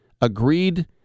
agreed